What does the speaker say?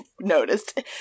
noticed